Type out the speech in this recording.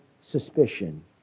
suspicion